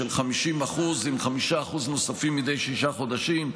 של 50% עם 5% נוספים מדי שישה חודשים.